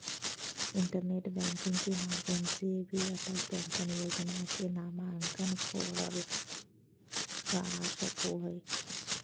internet banking के माध्यम से भी अटल पेंशन योजना ले नामंकन करल का सको हय